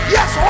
Yes